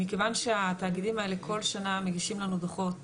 מכיוון שהתאגידים האלה כל שנה מגישים לנו דוחות